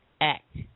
Act